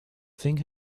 thing